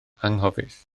anghofus